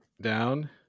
down